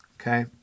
Okay